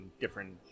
different